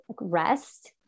rest